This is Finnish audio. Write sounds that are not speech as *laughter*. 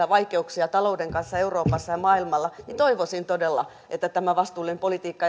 *unintelligible* vaikeuksia talouden kanssa euroopassa ja maailmalla niin toivoisin todella että tämä vastuullinen politiikka *unintelligible*